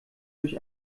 durch